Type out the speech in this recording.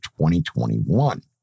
2021